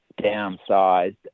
downsized